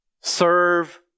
Serve